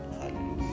Hallelujah